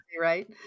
right